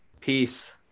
Peace